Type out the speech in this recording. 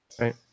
right